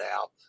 out